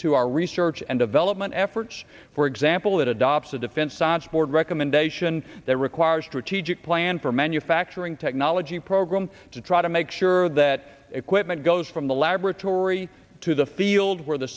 to our research and development efforts for example it adopts a defense science board recommendation that requires strategic plan for manufacturing technology program to try to make sure that equipment goes from the laboratory to the field where the